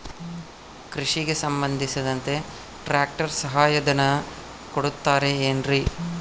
ಕೃಷಿಗೆ ಸಂಬಂಧಿಸಿದಂತೆ ಟ್ರ್ಯಾಕ್ಟರ್ ಸಹಾಯಧನ ಕೊಡುತ್ತಾರೆ ಏನ್ರಿ?